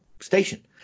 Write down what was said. station